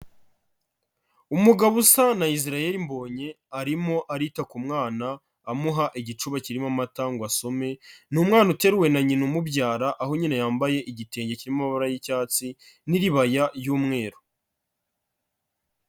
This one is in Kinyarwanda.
Umugabo usa na Israel Mbonyi arimo arita ku mwana, amuha igicuba kirimo amata ngo asome, ni umwana uteruwe na nyina umubyara aho nyina yambaye igitenge cyirimo amabara y'icyatsi, n'iribaya ry'umweru.